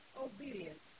obedience